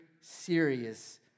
serious